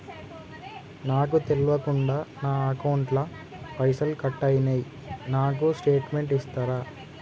నాకు తెల్వకుండా నా అకౌంట్ ల పైసల్ కట్ అయినై నాకు స్టేటుమెంట్ ఇస్తరా?